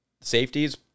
Safeties